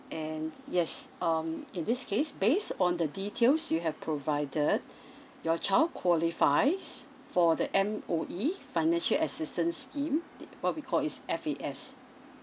and yes um in this case based on the details you have provided your child qualifies for the M_O_E financial assistance scheme uh what we called is F_A_S